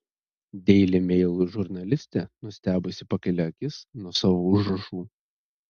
daily mail žurnalistė nustebusi pakelia akis nuo savo užrašų